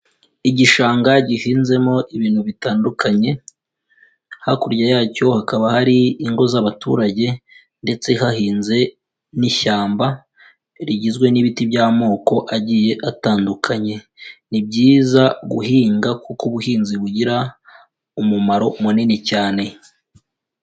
Igishanga gihinzemo ibintu bitandukanye, hakurya yacyo hakaba hari ingo z'abaturage ndetse hahinze n'ishyamba rigizwe n'ibiti by'amoko agiye atandukanye. Ni byiza guhinga kuko ubuhinzi bugira umumaro munini cyane.